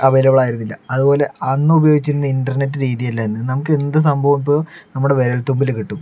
available ആയിരുന്നില്ല അതുപോലെ അന്ന് ഉപയോഗിച്ചിരുന്ന ഇൻ്റർനെറ്റ് രീതി അല്ല ഇന്ന് നമുക്ക് എന്ത് സംഭവവും ഇപ്പോൾ നമ്മളുടെ വിരൽ തുമ്പിൽ കിട്ടും